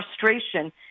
frustration